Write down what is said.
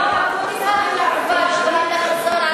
היום אקוניס עומד להפתיע,